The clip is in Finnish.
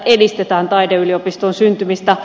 edistetään taideyliopiston syntymistä